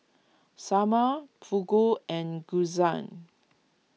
Sambar Fugu and Gyoza